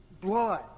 blood